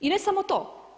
I ne samo to.